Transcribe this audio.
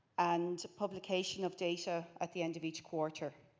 and publication of data at the end of each quarter.